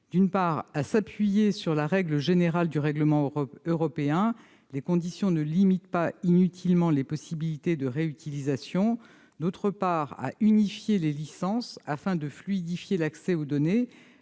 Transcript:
d'une part à s'appuyer sur la règle générale du règlement européen- les conditions ne limitent pas inutilement les possibilités de réutilisation -, d'autre part à unifier les licences afin de fluidifier l'accès aux données.